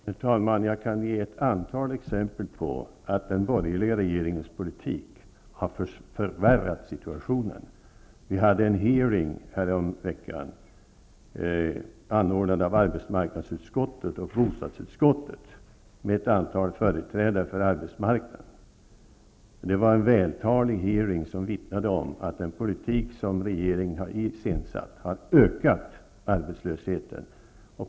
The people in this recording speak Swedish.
Herr talman! Jag kan ge ett antal exempel på att den borgerliga regeringens politik har förvärrat situationen. Vi hade en hearing häromveckan, anordnad av arbetsmarknadsutskottet och bostadsutskottet, med ett antal företrädare för arbetsmarknaden. Det var en vältalig hearing som vittnade om att den politik som regeringen har iscensatt har ökat arbetslösheten.